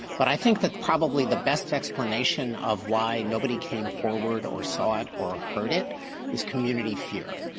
but i think that probably the best explanation of why nobody came forward or saw it or heard it is community fear.